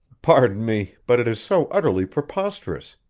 pardon me, but it is so utterly preposterous,